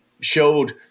showed